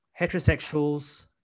heterosexuals